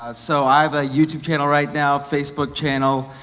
ah so i have a youtube channel right now, facebook channel.